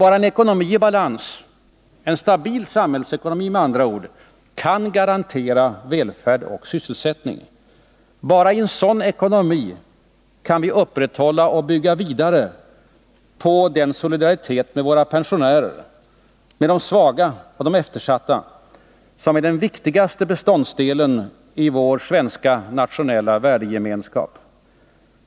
Bara en ekonomi i balans — en stabil samhällsekonomi, med andra ord — kan garantera välfärd och sysselsättning. Bara i en sådan ekonomi kan vi upprätthålla och bygga vidare på den solidaritet med våra pensionärer, med de svaga och eftersatta, som är den viktigaste beståndsdelen i vår nationella värdegemenskap.